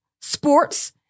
sports